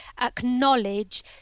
acknowledge